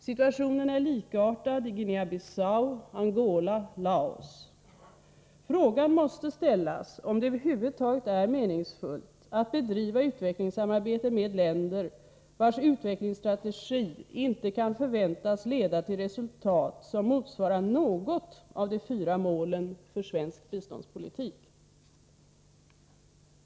Situationen är likartad i Guinea-Bissau, Angola och Laos. Frågan måste ställas om det över huvud taget är meningsfullt att bedriva utvecklingssamarbete med länder, vilkas utvecklingsstrategi inte kan förväntas leda till resultat, som motsvarar något av de fyra målen för svensk biståndspolitik.